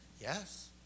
Yes